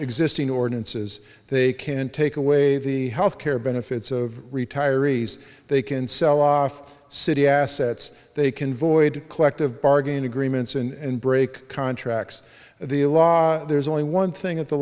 existing ordinances they can take away the health care benefits of retirees they can sell off city assets they can void collective bargaining agreements and break contracts the law there's only one thing that the